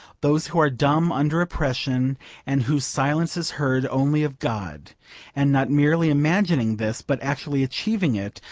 those who are dumb under oppression and whose silence is heard only of god and not merely imagining this but actually achieving it,